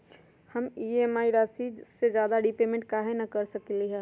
हम ई.एम.आई राशि से ज्यादा रीपेमेंट कहे न कर सकलि ह?